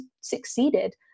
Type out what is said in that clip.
succeeded